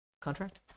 contract